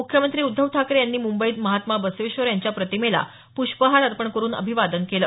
मुख्यमंत्री उद्धव ठाकरे यांनी मुंबईत महात्मा बसवेश्वर यांच्या प्रतिमेला प्रष्पहार अर्पण करुन अभिवादन केलं